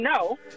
no